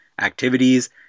activities